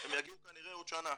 הם יגיעו כנראה עוד שנה,